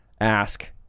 ask